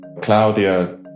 Claudia